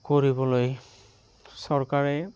কৰিবলৈ চৰকাৰে